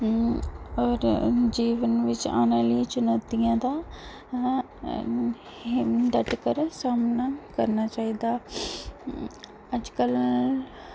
होर जीवन बिच आने आह्ली चुनौतियें दा डटकर सामना करना चाहिदा अज्जकल